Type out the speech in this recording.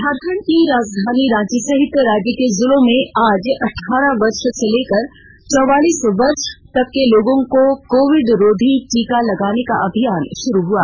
झारखंड की राजधानी रांची सहित राज्य के जिलों में आज अठारह वर्ष से लेकर चौवालीस वर्ष तक के लोगों को कोविड रोधी टीका लगाने का अभियान शुरू हुआ